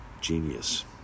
genius